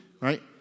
Right